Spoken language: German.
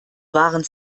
waren